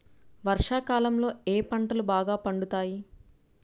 వర్షాకాలంలో ఏ పంటలు బాగా పండుతాయి?